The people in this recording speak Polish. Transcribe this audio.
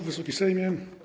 Wysoki Sejmie!